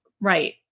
right